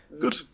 Good